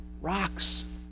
rocks